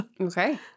Okay